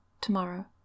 tomorrow